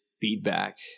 Feedback